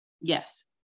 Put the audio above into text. Yes